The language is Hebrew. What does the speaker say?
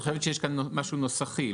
את חושבת שיש כאן משהו נוסחי,